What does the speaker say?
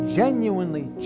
genuinely